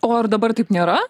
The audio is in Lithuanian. o ar dabar taip nėra